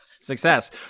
Success